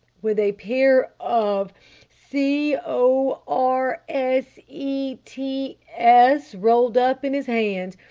with a pair of c o r s e t s rolled up in his hand.